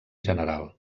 general